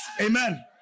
Amen